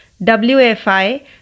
WFI